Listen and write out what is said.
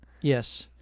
Yes